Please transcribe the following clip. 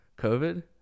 COVID